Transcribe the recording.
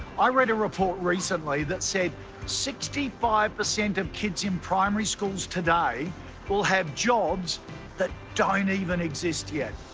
i read a report recently that said sixty five percent of kids in primary schools today will have jobs that don't even exist yet,